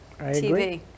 TV